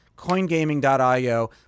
CoinGaming.io